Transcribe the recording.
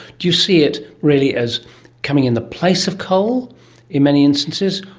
do you see it really as coming in the place of coal in many instances,